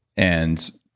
and